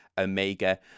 Omega